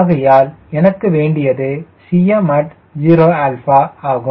ஆகையால் எனக்கு வேண்டியது at 0 ஆகும்